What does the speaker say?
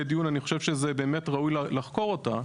הדיון אני חושב שזה באמת ראוי לחקור אותה,